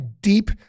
deep